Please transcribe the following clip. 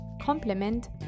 complement